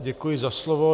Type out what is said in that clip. Děkuji za slovo.